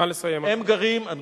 הם גרים, נא לסיים.